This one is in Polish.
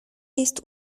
jest